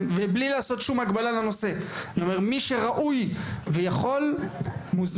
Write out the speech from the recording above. ובלי לעשות שום הגבלה לנושא אני אומר שמי שראוי ויכול מוזמן,